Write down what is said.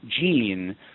gene